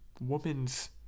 woman's